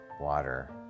water